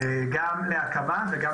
גם להקמה וגם